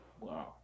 Wow